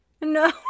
No